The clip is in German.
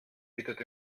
bietet